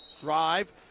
drive